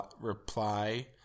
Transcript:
reply